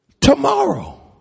tomorrow